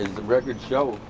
the records show,